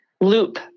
loop